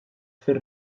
fir